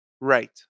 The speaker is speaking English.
Right